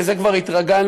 שלזה כבר התרגלנו,